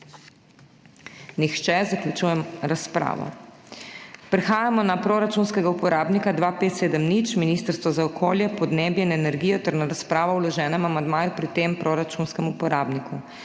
Nihče. Zaključujem razpravo. Prehajamo na proračunskega uporabnika 2570 Ministrstvo za okolje, podnebje in energijo ter na razpravo o vloženem amandmaju pri tem proračunskem uporabniku.